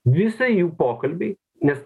visą jų pokalbį nes